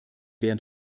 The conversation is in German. wären